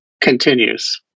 continues